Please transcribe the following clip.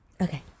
Okay